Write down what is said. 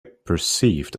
perceived